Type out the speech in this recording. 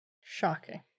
Shocking